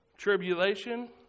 Tribulation